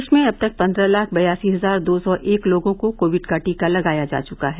देश में अब तक पन्द्रह लाख बयासी हजार दो सौ एक लोगों को कोविड का टीका लगाया जा चुका है